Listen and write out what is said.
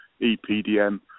EPDM